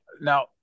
Now